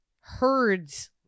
herds